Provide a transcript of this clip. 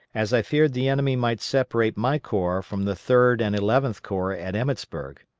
as i feared the enemy might separate my corps from the third and eleventh corps at emmetsburg.